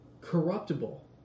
corruptible